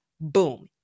Boom